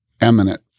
eminent